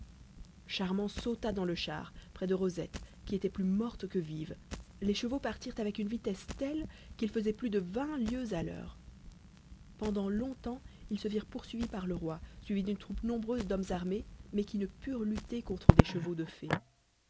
charmant sauta dans le char près de rosette qui était plus morte que vive les chevaux partirent avec une vitesse telle qu'ils faisaient plus de vingt lieues à l'heure pendant longtemps ils se virent poursuivis par le roi suivi d'une troupe nombreuse d'hommes armés mais qui ne purent lutter contre des chevaux fées